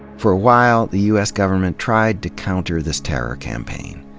for a while, the u s. government tried to counter this terror campaign.